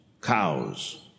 cows